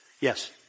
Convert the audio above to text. Yes